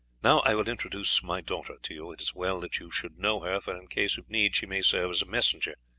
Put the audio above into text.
now i will introduce my daughter to you it is well that you should know her, for in case of need she may serve as a messenger,